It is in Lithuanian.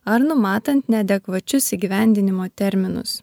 ar numatant neadekvačius įgyvendinimo terminus